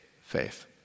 faith